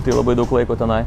tai labai daug laiko tenai